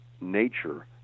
nature